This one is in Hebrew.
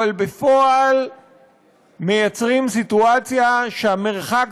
אבל בפועל מייצרים סיטואציה שהמרחק